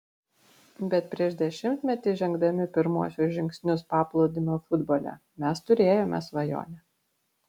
bet prieš dešimtmetį žengdami pirmuosius žingsnius paplūdimio futbole mes turėjome svajonę